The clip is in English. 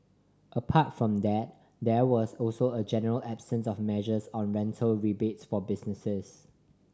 apart from that there was also a general absence of measures on rental rebates for businesses